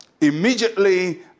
immediately